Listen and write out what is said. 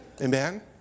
Amen